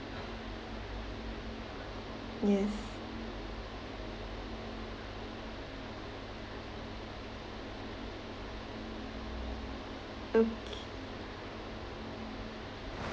yes okay